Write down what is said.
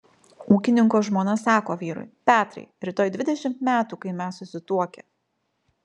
ūkininko žmona sako vyrui petrai rytoj dvidešimt metų kai mes susituokę